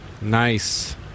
Nice